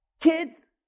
Kids